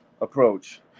approach